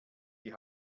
die